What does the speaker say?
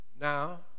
Now